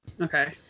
Okay